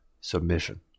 submission